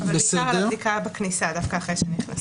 בעיקר על הבדיקה בכניסה, אחרי שנכנסים.